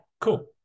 cool